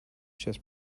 chess